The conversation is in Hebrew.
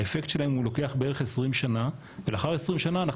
האפקט שלהם הוא לוקח עשרים שנה ולאחר עשרים שנה,